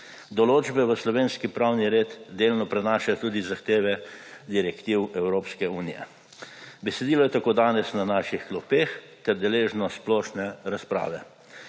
Določbe v slovenski pravni red delno prenašajo tudi zahteve direktiv Evropske unije. Besedilo je tako danes na naših klopeh ter deležno splošne razprave.